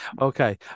okay